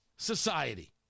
society